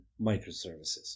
microservices